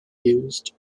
used